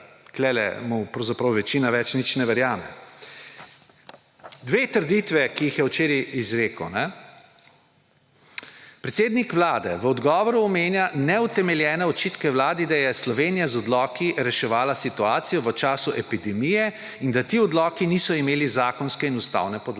ve, da mu tukaj večina več nič ne verjame. Dve trditvi, ki jih je včeraj izrekel. Predsednik Vlade v odgovoru omenja neutemeljene očitke vladi, da je Slovenija z odloki reševala situacijo v času epidemije in da ti odloki niso imeli zakonske in ustavne podlage.